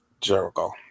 Jericho